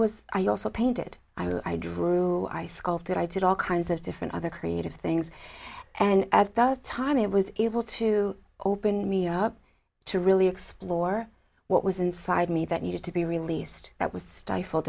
was i also painted i drew i sculpted i did all kinds of different other creative things and at the time it was able to open me up to really explore what was inside me that needed to be released that was stifled